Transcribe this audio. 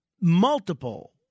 multiple